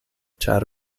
ĉar